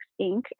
Inc